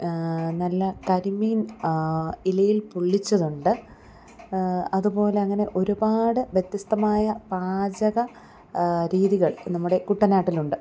നല്ല കരിമീൻ ഇലയിൽ പൊള്ളിച്ചതുണ്ട് അതുപോലെ അങ്ങനെ ഒരുപാട് വ്യത്യസ്തമായ പാചക രീതികൾ നമ്മുടെ കുട്ടനാട്ടിലുണ്ട്